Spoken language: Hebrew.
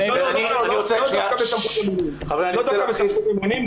לא דווקא בסמכות ממונים,